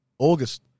August